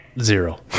zero